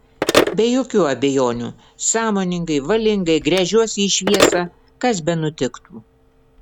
be jokių abejonių sąmoningai valingai gręžiuosi į šviesą kas benutiktų